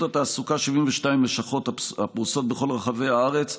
התעסוקה 72 לשכות הפרוסות בכל רחבי הארץ,